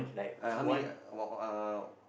uh how many about uh uh